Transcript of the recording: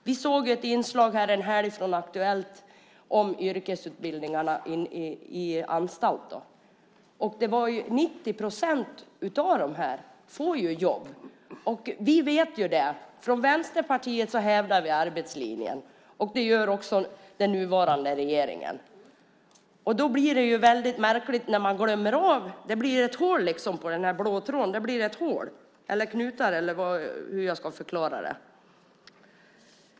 Vi kunde en helg se ett inslag på Aktuellt om yrkesutbildningarna på anstalt, och det visade att 90 procent av dem som deltagit får jobb. Från Vänsterpartiet hävdar vi arbetslinjen och det gör också den nuvarande regeringen. Det blir då liksom ett hål på den blå tråden eller knutar eller hur jag ska förklara det.